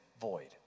void